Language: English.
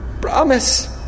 Promise